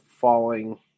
falling